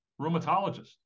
rheumatologist